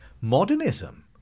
modernism